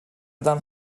آدم